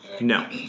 No